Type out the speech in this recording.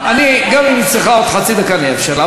גם אם היא צריכה עוד חצי דקה אני אאפשר לה,